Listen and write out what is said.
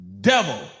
devil